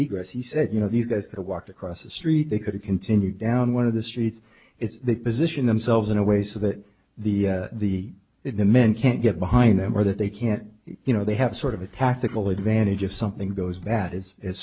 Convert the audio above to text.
egos he said you know these guys have walked across the street they could continue down one of the streets it's they position themselves in a way so that the the if the men can't get behind them or that they can't you know they have sort of a tactical advantage if something goes bad is